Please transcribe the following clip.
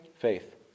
Faith